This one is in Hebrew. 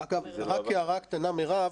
רק הערה קטנה, מירב.